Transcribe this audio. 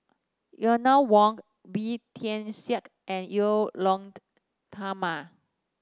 Eleanor Wong Tian Siak and Edwy Lyonet Talma